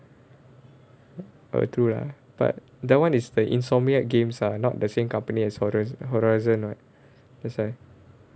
ah true lah but that [one] is the Insomniac games ah not the same company as hori~ horizon [what] that's why